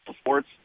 sports